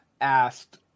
asked